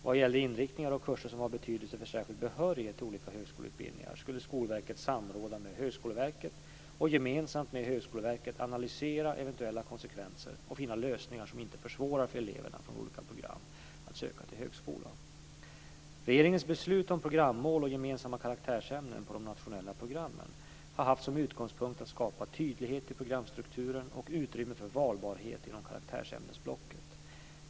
Vad gällde inriktningar och kurser som har betydelse för särskild behörighet till olika högskoleutbildningar skulle Skolverket samråda med Högskoleverket och gemensamt med Högskoleverket analysera eventuella konsekvenser och finna lösningar som inte försvårar för eleverna från olika program att söka till högskolan. Regeringens beslut om programmål och gemensamma karaktärsämnen på de nationella programmen har haft som utgångspunkt att skapa tydlighet i programstrukturen och utrymme för valbarhet inom karaktärsämnesblocket.